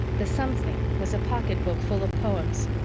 the something was a pocketbook full of poems.